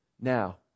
Now